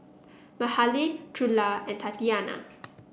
Mahalie Trula and Tatiana